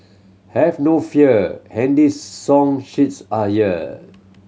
have no fear handy song sheets are here